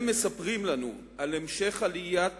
הם מספרים לנו על המשך עליית